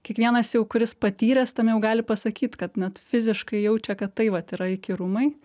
kiekvienas jau kuris patyręs tam jau gali pasakyt kad net fiziškai jaučia kad tai vat yra įkyrumai